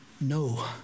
no